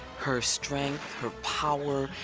her strength, her power.